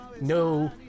no